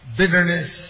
bitterness